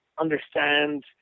understand